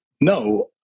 no